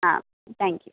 ah thank you